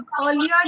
Earlier